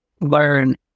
learn